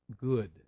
good